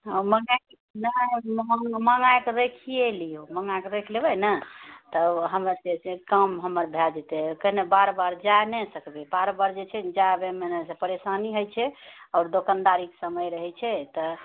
मँगाए नहि मँगाए कऽ रखिए लिऔ मँगाए कऽ रखि लेबै ने तऽ हमर से काम हमर भए जेतै कने बार बार जाए नहि ने सकबै बार बार जे छै ने जाए आबएमे परेशानी होइ छै आओर दोकनदारीके समय रहै छै तऽ